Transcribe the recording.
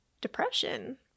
depression